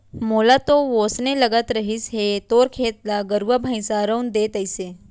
मोला तो वोसने लगत रहिस हे तोर खेत ल गरुवा भइंसा रउंद दे तइसे